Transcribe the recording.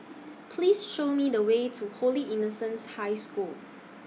Please Show Me The Way to Holy Innocents' High School